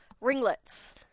ringlets